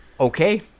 Okay